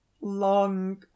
Long